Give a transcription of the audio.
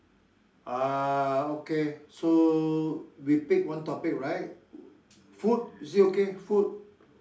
uh okay so we pick one topic right food is it okay food